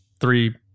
three